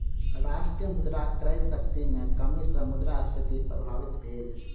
राष्ट्र मुद्रा क्रय शक्ति में कमी सॅ मुद्रास्फीति प्रभावित भेल